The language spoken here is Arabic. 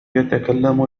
يتكلم